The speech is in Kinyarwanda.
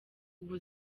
ubu